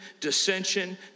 dissension